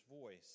voice